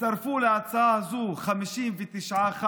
הצטרפו להצעה הזו 59 ח"כים.